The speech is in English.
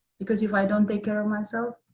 because if i don't take care of myself,